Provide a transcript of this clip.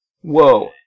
Whoa